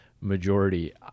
majority